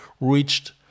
reached